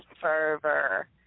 fervor